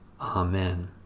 Amen